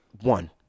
one